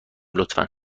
لطفا